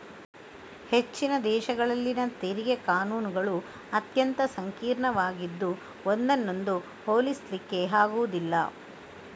ಹೆಚ್ಚಿನ ದೇಶಗಳಲ್ಲಿನ ತೆರಿಗೆ ಕಾನೂನುಗಳು ಅತ್ಯಂತ ಸಂಕೀರ್ಣವಾಗಿದ್ದು ಒಂದನ್ನೊಂದು ಹೋಲಿಸ್ಲಿಕ್ಕೆ ಆಗುದಿಲ್ಲ